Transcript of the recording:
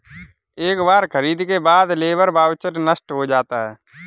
एक बार खरीद के बाद लेबर वाउचर नष्ट हो जाता है